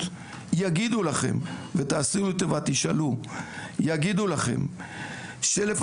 יגידו לכם - ותעשו לי טובה תשאלו - יגידו לכם שלפחות